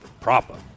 Proper